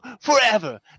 forever